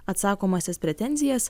atsakomąsias pretenzijas